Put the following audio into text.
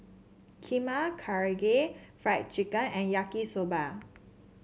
Kheema Karaage Fried Chicken and Yaki Soba